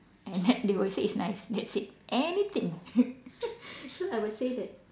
and then they'll say it's nice that's it anything so I would say that